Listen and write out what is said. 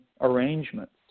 arrangements